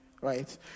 Right